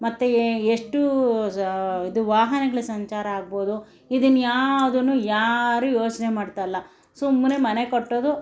ಮತ್ತೆ ಎಷ್ಟು ಇದು ವಾಹನಗಳ ಸಂಚಾರ ಆಗ್ಬೋದು ಇದನ್ನು ಯಾವುದನ್ನೂ ಯಾರೂ ಯೋಚನೆ ಮಾಡ್ತಾ ಇಲ್ಲ ಸುಮ್ಮನೆ ಮನೆ ಕಟ್ಟೋದು